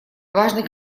важный